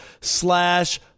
slash